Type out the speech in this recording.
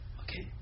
okay